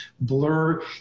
blur